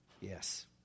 Yes